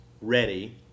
ready